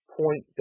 point